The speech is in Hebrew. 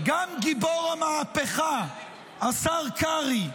גם גיבור המהפכה, השר קרעי,